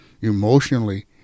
emotionally